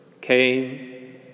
came